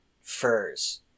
furs